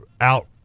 out